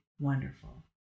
wonderful